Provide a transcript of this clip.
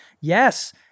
yes